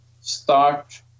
start